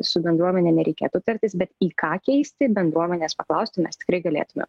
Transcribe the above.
su bendruomene nereikėtų tartis bet į ką keisti bendruomenės paklausti mes tikrai galėtume